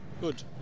good